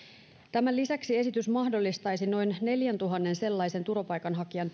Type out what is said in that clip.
tämän lisäksi esitys mahdollistaisi noin neljäntuhannen sellaisen turvapaikanhakijan